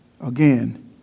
Again